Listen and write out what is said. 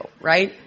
right